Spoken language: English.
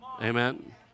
Amen